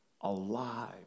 alive